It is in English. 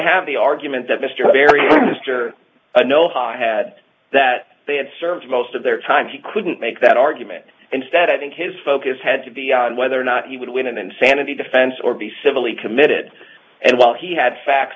have the argument that mr barry mr a no high had that they had served most of their time he couldn't make that argument instead i think his focus had to be on whether or not he would win an insanity defense or be civilly committed and while he had facts